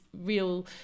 real